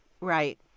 Right